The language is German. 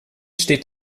steht